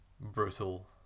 brutal